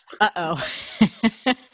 Uh-oh